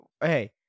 hey